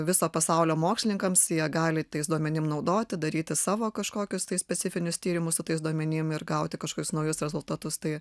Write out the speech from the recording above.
viso pasaulio mokslininkams jie gali tais duomenim naudoti daryti savo kažkokius tai specifinius tyrimus su tais duomenim ir gauti kažkokius naujus rezultatus tai